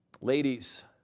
Ladies